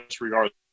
Regardless